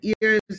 ears